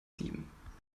sieben